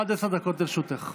עד עשר דקות לרשותך.